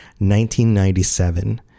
1997